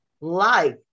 life